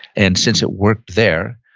and since it worked there,